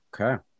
Okay